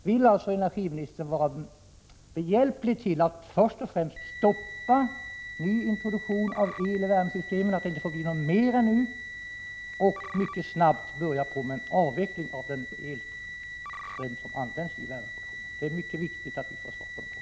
Vill alltså energiministern vara behjälplig med att först och främst stoppa ny introduktion av el i värmesystemen, så att det inte blir mer än nu, samt mycket snabbt påbörja en avveckling av den elström som används i värmeproduktionen? Det är mycket viktigt att få ett svar på den frågan.